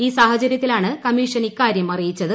ഈ സാഹചര്യത്തിലാണ് കമ്മീഷൻ ഇക്കാര്യം അറിയിച്ചത്